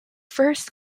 first